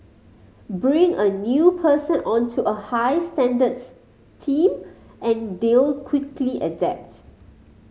bring a new person onto a high standards team and they'll quickly adapt